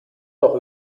doch